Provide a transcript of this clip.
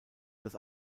das